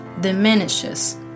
diminishes